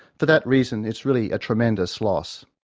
for that reason it's really a tremendous loss.